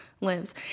lives